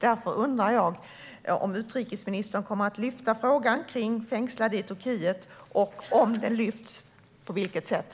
Därför undrar jag om utrikesministern kommer att ta upp frågan om fängslade i Turkiet, och i så fall på vilket sätt.